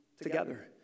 together